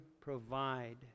provide